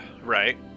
right